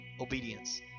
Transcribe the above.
obedience